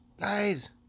Guys